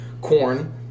corn